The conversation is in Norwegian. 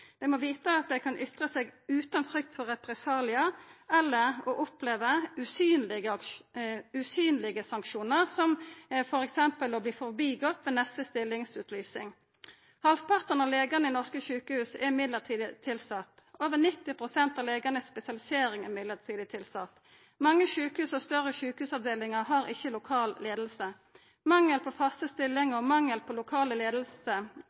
Dei må vita at dei kan ytra seg utan frykt for represaliar eller å oppleva usynlege sanksjonar som t.d. å verta forbigått ved neste stillingsutlysing. Halvparten av legane i norske sjukehus er midlertidig tilsette. Over 90 pst. av legane i spesialisering er midlertidig tilsette. Mange sjukehus og større sjukehusavdelingar har ikkje lokal leiing. Mangel på faste stillingar og mangel på lokale